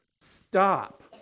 stop